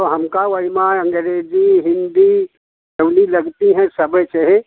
तो हमका ओय मा अंग्रेजी हिंदी जो भी लगती हैं सबे चाहिए